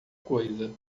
coisa